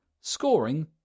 scoring